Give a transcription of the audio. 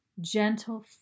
Gentle